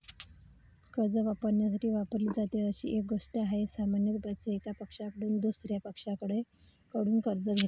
कर्ज वापरण्यासाठी वापरली जाते अशी एक गोष्ट आहे, सामान्यत पैसे, एका पक्षाकडून दुसर्या पक्षाकडून कर्ज घेते